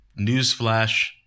newsflash